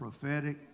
prophetic